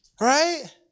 Right